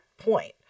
point